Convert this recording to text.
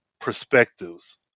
perspectives